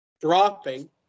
dropping